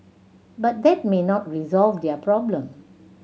but that may not resolve their problem